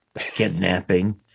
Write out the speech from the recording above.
kidnapping